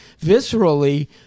viscerally